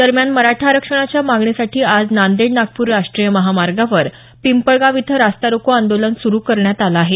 दरम्यान मराठा आरक्षणाच्या मागणी साठी आज नांदेड नागपूर राष्ट्रीय महामार्गावर पिंपळगाव इथं रास्ता रोको आंदोलन सुरू करण्यात आलं आहे